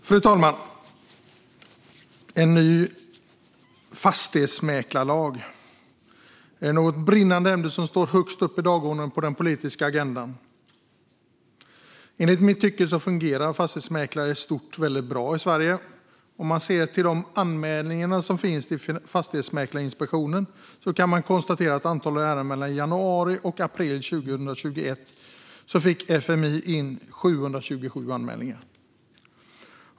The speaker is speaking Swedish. Fru talman! Är en ny fastighetsmäklarlag ett brinnande ämne som står högst upp på dagordningen på den politiska agendan? I mitt tycke fungerar fastighetsmäklare i Sverige i stort sett väldigt bra, vilket man kan se på de anmälningar som har kommit till Fastighetsmäklarinspektionen. Mellan januari och april 2021 fick FMI in 727 anmälningar.